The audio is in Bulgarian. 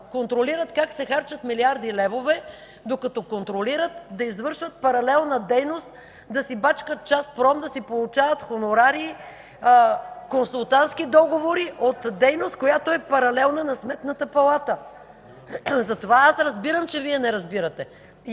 контролират как се харчат милиарди левове, докато контролират, да извършват паралелна дейност, да си бачкат часпром, да си получават хонорари, консултантски договори от дейност, която е паралелна на Сметната палата. Затова аз разбирам, че Вие не разбирате